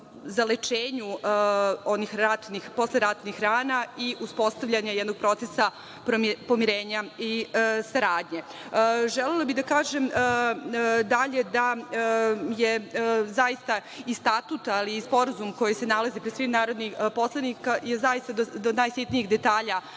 zalečenju onih posleratnih rana i uspostavljanju jednog procesa pomirenja i saradnje. Želela bih da kažem dalje da je zaista i statut, ali i sporazum koji se nalazi pred svim narodnim poslanicima do najsitnijih detalja